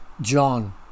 John